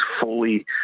fully